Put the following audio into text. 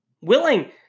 willing